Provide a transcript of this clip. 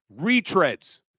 Retreads